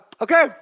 Okay